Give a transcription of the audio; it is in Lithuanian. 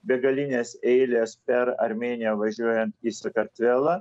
begalinės eilės per armėniją važiuojant į sakartvelą